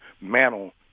mantle